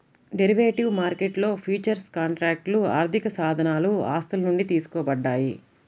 derivative మార్కెట్లో futures కాంట్రాక్ట్లు ఆర్థికసాధనాలు ఆస్తుల నుండి తీసుకోబడ్డాయి